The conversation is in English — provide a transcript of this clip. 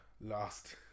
last